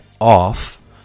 off